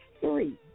three